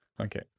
Okay